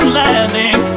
landing